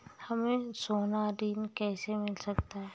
हमें सोना ऋण कैसे मिल सकता है?